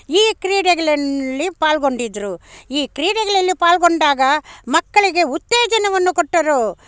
ಈ ಕ್ರೀಡೆಗಳಲ್ಲಿ ಪಾಲ್ಗೊಂಡಿದ್ದರು ಈ ಕ್ರೀಡೆಗಳಲ್ಲಿ ಪಾಲ್ಗೊಂಡಾಗ ಮಕ್ಕಳಿಗೆ ಉತ್ತೇಜನವನ್ನು ಕೊಟ್ಟರು